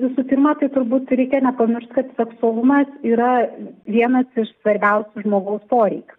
visų pirma tai turbūt reikia nepamiršt kad seksualumas yra vienas iš svarbiausių žmogaus poreikių